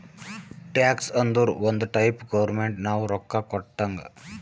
tax ಅಂದುರ್ ಒಂದ್ type government ನಾವು ರೊಕ್ಕಾ ಕೊಟ್ಟಂಗ್